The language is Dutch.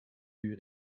uur